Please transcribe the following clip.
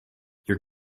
your